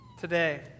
today